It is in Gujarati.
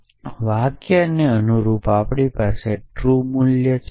એ વાક્યોને અનુરૂપ આપણી પાસે ટ્રૂ મૂલ્ય છે